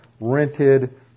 rented